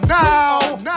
now